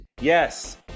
Yes